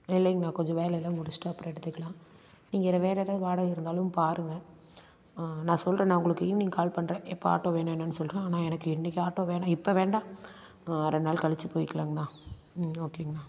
இல்லைங்க அண்ணா கொஞ்சம் வேலையெலாம் முடிச்சிட்டு அப்புறம் எடுத்துக்கலாம் நீங்கள் இல்லை வேற எதாவது வாடகை இருந்தாலும் பாருங்கள் நான் சொல்கிறேன் நான் உங்களுக்கு ஈவ்னிங் கால் பண்ணுறேன் எப்போ ஆட்டோ வேணும் என்னன்னு சொல்கிறேன் ஆனால் எனக்கு இன்னைக்கு ஆட்டோ வேணாம் இப்போ வேண்டாம் ரெண்டு நாள் கழிச்சு போய்க்கலாங்கண்ணா ம் ஓகேங்கண்ணா